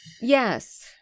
yes